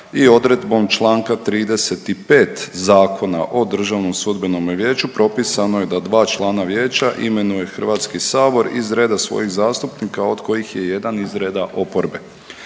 odredbom čl. 35. Zakona o DSV-u propisano je da dva člana vijeća imenuje HS iz reda svojih zastupnika od kojih je jedan iz reda oporbe.